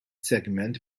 segment